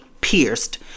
pierced